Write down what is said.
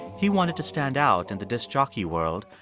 he wanted to stand out in the disc jockey world.